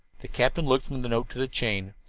the captain looked from the note to the chain.